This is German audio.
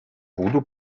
voodoo